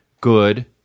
good